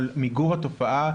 על מיגור התופעה,